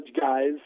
guys